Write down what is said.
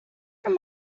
from